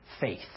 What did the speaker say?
faith